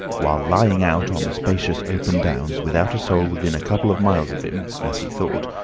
while lying out on the spacious open downs without a soul within a couple of miles of him, as he thought,